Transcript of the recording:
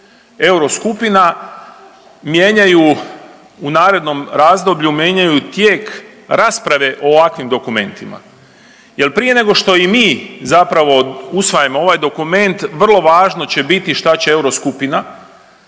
Euroskupina. Mijenjaju u narednom razdoblju, mijenjaju tijek rasprave o ovakvim dokumentima jer prije nego što i mi zapravo usvajamo ovaj dokument, vrlo važno će biti šta će Euroskupina